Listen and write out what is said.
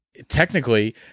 Technically